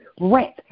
rent